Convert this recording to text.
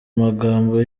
magambo